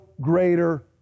greater